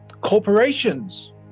corporations